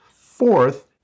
Fourth